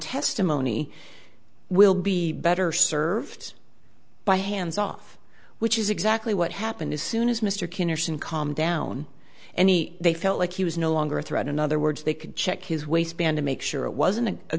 testimony will be better served by hands off which is exactly what happened as soon as mr kinnison calmed down any they felt like he was no longer a threat in other words they could check his waistband to make sure it wasn't a